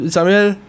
Samuel